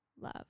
love